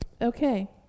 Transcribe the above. Okay